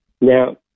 Now